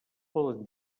poden